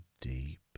deep